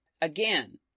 again